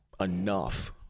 enough